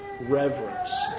reverence